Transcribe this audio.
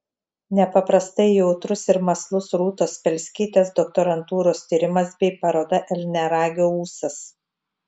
nepaprastai jautrus ir mąslus rūtos spelskytės doktorantūros tyrimas bei paroda elniaragio ūsas